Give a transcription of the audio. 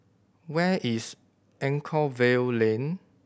where is Anchorvale Lane